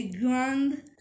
Grand